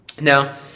Now